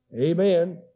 Amen